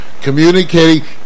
communicating